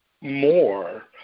more